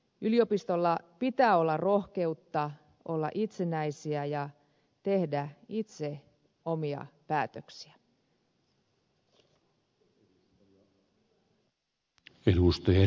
yliopistoilla pitää olla rohkeutta olla itsenäisiä ja tehdä itse omia päätöksiä